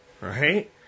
Right